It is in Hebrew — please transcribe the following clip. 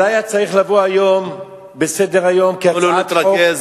זה היה צריך לבוא היום בסדר-היום כהצעת חוק,